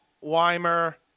Weimer